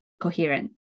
coherent